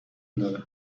داره